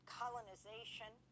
colonization